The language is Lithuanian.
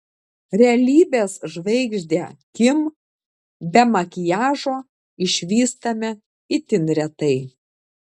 realybės žvaigždę kim be makiažo išvystame itin retai